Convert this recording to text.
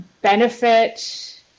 benefit